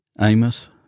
Amos